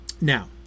now